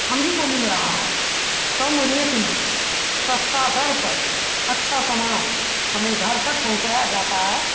हम ही को मिल रहा है कम रेट में सस्ता दर पर अच्छा सामान हमें घर तक पहुँचाया जाता है